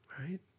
right